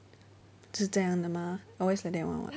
是这样的 mah always like that [one] [what]